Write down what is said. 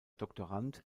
doktorand